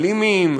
אלימים,